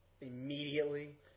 immediately